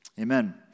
Amen